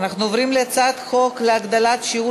אנחנו עוברים להצעת חוק להגדלת שיעור